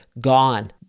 gone